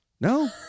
No